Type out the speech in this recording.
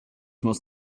must